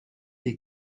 des